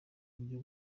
buryo